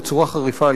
בצורה חריפה,